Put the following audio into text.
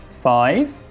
five